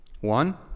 One